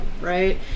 right